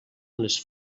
les